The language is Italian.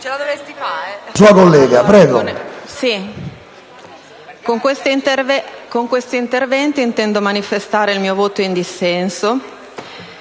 con quest'intervento intendo dichiarare il mio voto in dissenso,